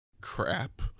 crap